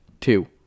two